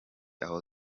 aho